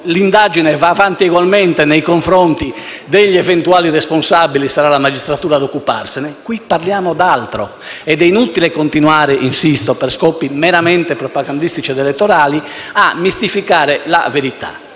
l'indagine va avanti ugualmente nei confronti degli eventuali responsabili, dei quali sarà la magistratura ad occuparsi. Qui parliamo d'altro ed è inutile continuare - insisto - per scopi meramente propagandistici ed elettorali, a mistificare la verità.